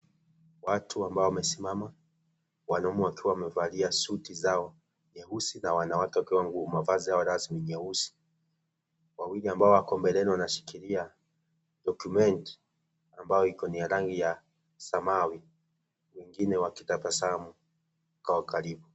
Watu ambao wamesimama, wanaume wakiwa wamevalia suti zao nyeusi na wanawake wakiwa mavazi yao rasmi nyeusi. Wawili ambao wako mbeleni wanashikilia ducumenti ambayo iko ni ya rangi ya samawi, wengine wakitabasamu kwa karibu.